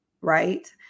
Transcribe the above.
right